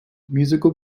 musical